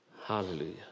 Hallelujah